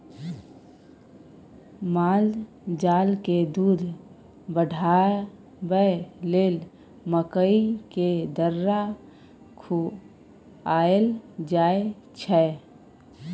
मालजालकेँ दूध बढ़ाबय लेल मकइ केर दर्रा खुआएल जाय छै